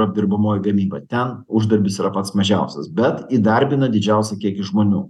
apdirbamoji gamyba ten uždarbis yra pats mažiausias bet įdarbina didžiausią kiekį žmonių